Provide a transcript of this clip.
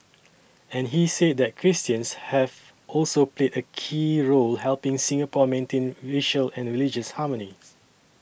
and he said that Christians have also played a key role helping Singapore maintain racial and religious harmony